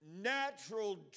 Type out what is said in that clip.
natural